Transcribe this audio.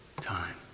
time